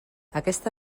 aquesta